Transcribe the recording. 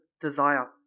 desire